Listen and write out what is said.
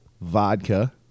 Vodka